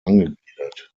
angegliedert